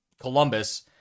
Columbus